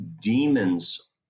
demons